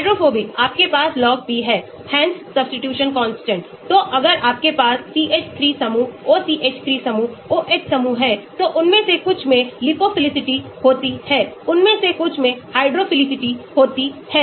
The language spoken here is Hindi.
हाइड्रोफोबिक आपके पास log P है Hansch's substitution constant तो अगर आपके पास CH3 समूह OCH3 समूह OH समूह हैं तो उनमें से कुछ में लिपोफिलिसिटी होती है उनमें से कुछ हाइड्रोफिलिसिस होती है